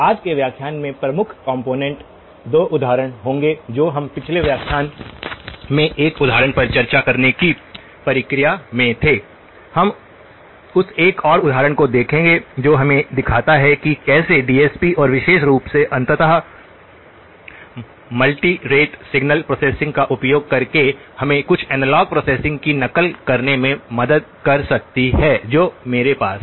आज के व्याख्यान से प्रमुख कॉम्पोनेन्ट 2 उदाहरण होंगे जो हम पिछले व्याख्यान में एक उदाहरण पर चर्चा करने की प्रक्रिया में थे हम उस एक और उदाहरण को देखेंगे जो हमें दिखाता है कि कैसे डीएसपी और विशेष रूप से अंततः multi rate rate signal processing का उपयोग करके हमें कुछ एनालॉग प्रोसेसिंग की नकल करने में मदद कर सकती है जो हमारे पास है